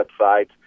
websites